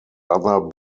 other